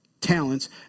talents